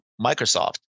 Microsoft